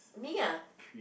me ah